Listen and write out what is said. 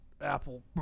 apple